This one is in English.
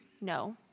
No